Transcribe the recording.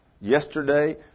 Yesterday